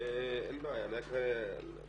אין בעיה, אני רק בקצרה.